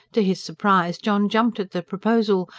to his surprise john jumped at the proposal,